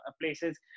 places